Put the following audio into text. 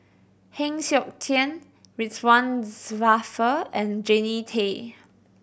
Heng Siok Tian Ridzwan Dzafir and Jannie Tay